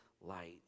light